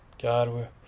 God